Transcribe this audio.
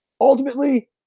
ultimately